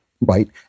right